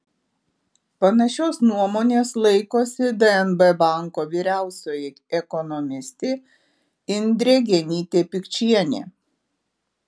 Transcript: panašios nuomonės laikosi dnb banko vyriausioji ekonomistė indrė genytė pikčienė